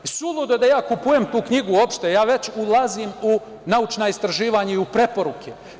Suludo da ja kupujem knjigu uopšte, ja već ulazim u naučna istraživanja i u preporuke.